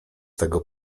tego